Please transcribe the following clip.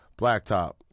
blacktop